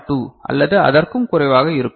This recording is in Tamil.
2 அல்லது அதற்கும் குறைவாக இருக்கும்